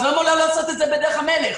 אז למה לא לעשות את זה בדרך המלך?